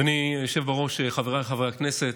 אדוני היושב בראש, חבריי חברי הכנסת,